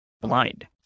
blind